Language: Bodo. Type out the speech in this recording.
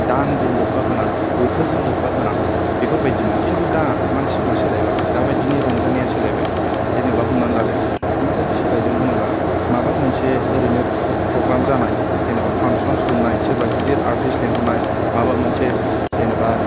दानजों लोब्बा गोनां बोथोरजों लोब्बा गोनां बेफोर बायदि मोन खिन्थु दा मानसिफ्रा सोलायबाय दा बायदिनि रंजानाया सोलायबाय जेनावबा हमनानै लादो माबायदि सोलायदों होनोब्ला माबामोनसे ओरैनो प्रग्राम जानाय जेनावबा फांसनस खुंनाय सोरबा गिदिर आर्थिस्ट लेंहरनाय माबा मोनसे जेनावबा